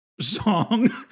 song